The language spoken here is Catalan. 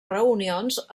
reunions